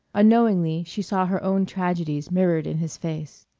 unknowingly she saw her own tragedies mirrored in his face.